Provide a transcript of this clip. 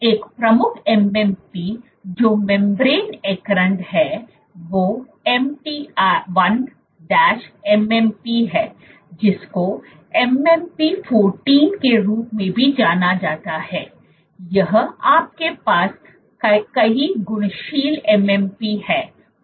एक प्रमुख MMP जो मेम्ब्रेन एंकरड हैं वो MT1 MMP है जिसको MMP 14 के रूप में भी जाना जाता है या आपके पास कई घुलनशील MMP हैं